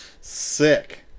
Sick